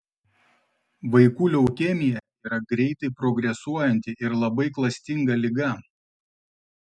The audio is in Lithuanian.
vaikų leukemija yra greitai progresuojanti ir labai klastinga liga